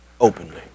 openly